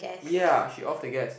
ya she off the gas